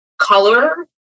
color